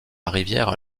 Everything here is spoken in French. rivière